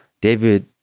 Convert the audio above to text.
David